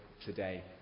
today